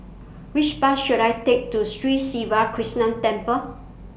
Which Bus should I Take to Sri Siva Krishna Temple